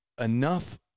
enough